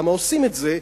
למה עושים את זה.